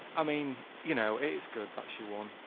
i mean you know is good that she won.